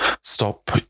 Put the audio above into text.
stop